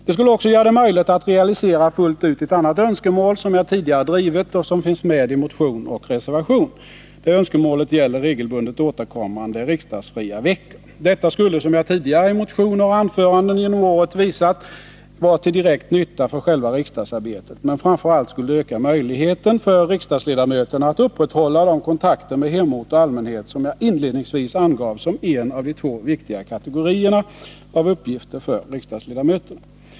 Det skulle också göra det möjligt att realisera fullt ut ett annat önskemål som jag tidigare drivit och som finns med i motion och reservation. Det önskemålet gäller regelbundet återkommande riksdagsfria veckor. Detta Nr 29 skulle, som jag tidigare i motioner och anföranden genom åren visat, vara till direkt nytta för själva riksdagsarbetet. Men framför allt skulle det öka möjligheten för riksdagsledamöterna att upprätthålla de kontakter med hemort och allmänhet som jag inledningsvis angav som en av de två viktiga kategorierna av uppgifter för riksdagsledamöterna.